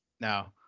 No